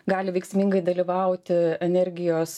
gali veiksmingai dalyvauti energijos